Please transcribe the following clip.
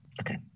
Okay